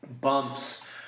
bumps